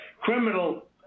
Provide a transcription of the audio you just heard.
criminal